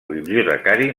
bibliotecari